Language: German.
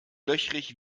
löchrig